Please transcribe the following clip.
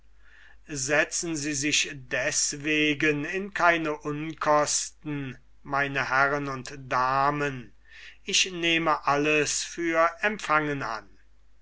setzen sie sich deswegen in keine unkosten meine herren ich nehme alles für empfangen an